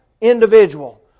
individual